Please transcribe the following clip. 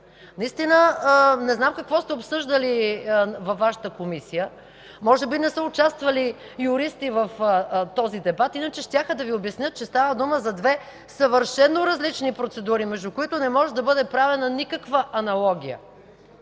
парламент? Не знам какво сте обсъждали във Вашата Комисия. Може би не са участвали юристи в този дебат, иначе щяха да Ви обяснят, че става дума за две съвършено различни процедури, между които не може да бъде правена никаква аналогия.